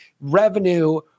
Revenue